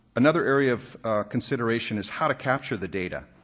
another area of consideration is how to capture the data.